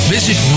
Visit